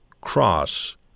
cross